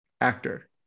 actor